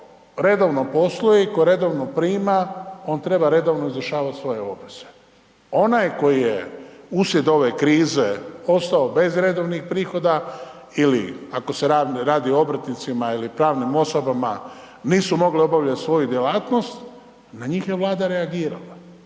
redovno posluje i tko redovno prima, on treba redovno izvršavati svoje obveze. Onaj koji je uslijed ove krize ostao bez redovnih prihoda ili ako se radi o obrtnicima ili pravnim osobama, nisu mogle obavljati svoju djelatnost, na njih je Vlada reagirala.